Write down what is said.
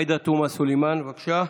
עאידה תומא סלימאן, בבקשה,